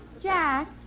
Jack